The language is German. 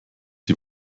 die